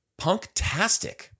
Punktastic